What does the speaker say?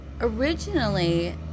Originally